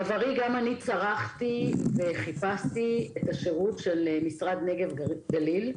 בעברי גם אני צרכתי וחיפשתי את השירות של משרד נגב גליל.